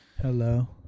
hello